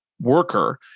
worker